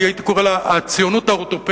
הייתי קורא לה "הציונות האורתופדית",